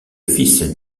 fils